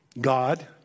God